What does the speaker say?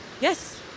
Yes